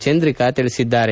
ಚಂದ್ರಿಕಾ ತಿಳಿಸಿದ್ದಾರೆ